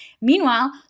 Meanwhile